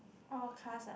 all cars ah